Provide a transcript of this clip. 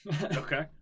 Okay